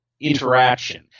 interaction